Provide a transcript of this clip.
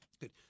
good